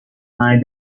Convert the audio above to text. mind